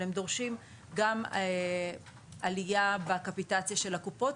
אבל הם דורשים גם עלייה בקפיטציה של הקופות